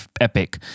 epic